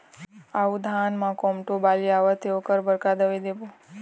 अऊ धान म कोमटो बाली आवत हे ओकर बर का दवई देबो?